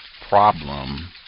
problem